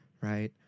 right